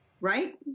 right